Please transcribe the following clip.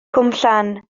cwmllan